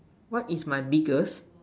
what is my biggest